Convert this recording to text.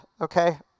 okay